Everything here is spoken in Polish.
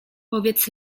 powiedz